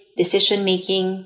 decision-making